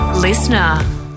Listener